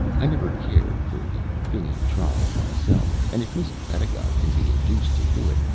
i never cared for the finny tribe myself, and if mrs. pedagog can be induced to do it,